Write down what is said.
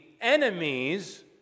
enemies